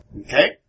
Okay